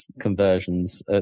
conversions